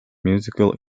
musical